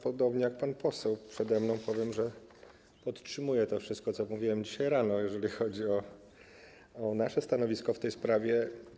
Podobnie jak pan poseł przede mną powiem, że podtrzymuję to wszystko, co mówiłem dzisiaj rano, jeżeli chodzi o nasze stanowisko w tej sprawie.